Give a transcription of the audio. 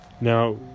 Now